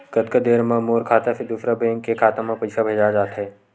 कतका देर मा मोर खाता से दूसरा बैंक के खाता मा पईसा भेजा जाथे?